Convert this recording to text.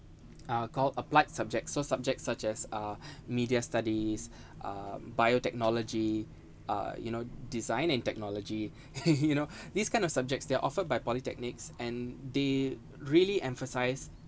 uh called applied subjects so subjects such as uh media studies uh biotechnology uh you know design and technology !hey! you know this kind of subjects are offered by polytechnics and they really emphasise